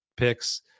Picks